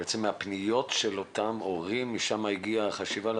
הפניות של אותם הורים, משם הגיעה החשיבה?